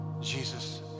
Jesus